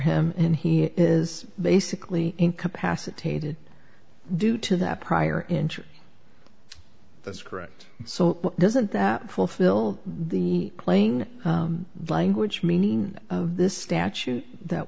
him and he is basically incapacitated due to that prior injury that's correct so doesn't that fulfill the playing language meaning of this statute that